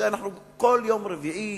כמו שכולנו פה כל יום רביעי